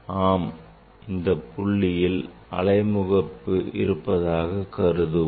ஆம் இந்தப் புள்ளியில் அலை முகப்பு இருப்பதாக கருதுவோம்